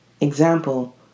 Example